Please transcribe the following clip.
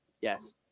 yes